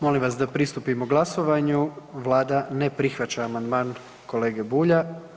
Molim vas da pristupimo glasovanju, Vlada ne prihvaća amandman kolege Bulja.